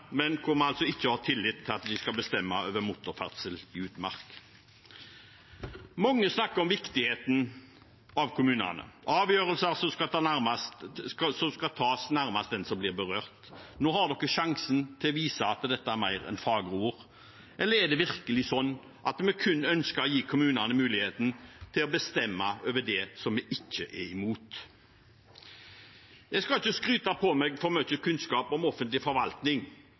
men som vi altså ikke gir tillit når det gjelder å bestemme over motorferdsel i utmark. Mange snakker om viktigheten av kommunene, at avgjørelser skal tas nærmest dem som blir berørt. Nå har Stortinget sjansen til å vise at dette er mer enn fagre ord. Eller er det virkelig slik at vi kun ønsker å gi kommunene muligheten til å bestemme over det som vi ikke er imot? Jeg skal ikke skryte på meg for mye kunnskap om offentlig forvaltning,